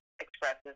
expresses